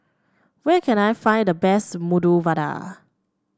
where can I find the best Medu Vada